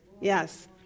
yes